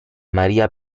maria